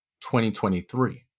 2023